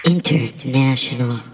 International